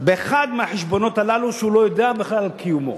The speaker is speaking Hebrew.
באחד מהחשבונות הללו, שהוא לא יודע בכלל על קיומו.